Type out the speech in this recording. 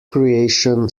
creation